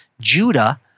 Judah